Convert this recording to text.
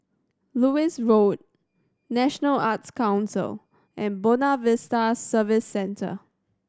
Lewis Road National Arts Council and Buona Vista Service Centre